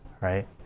right